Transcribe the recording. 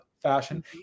fashion